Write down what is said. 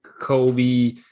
Kobe